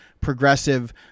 progressive